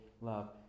love